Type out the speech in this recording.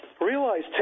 Realize